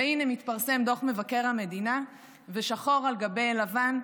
והינה, מתפרסם דוח מבקר המדינה בשחור על גבי לבן.